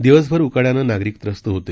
दिवसभर उकाड्यानं नागरिक त्रस्त होते